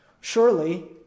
Surely